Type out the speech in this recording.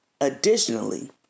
Additionally